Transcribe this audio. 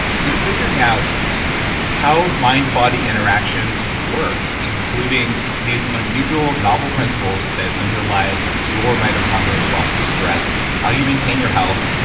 and they're figuring out how mind-body interactions work including these unusual, novel principles that underlie your mitochondrial response to stress, how you maintain your health,